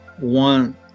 one